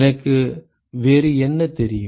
எனக்கு வேறு என்ன தெரியும்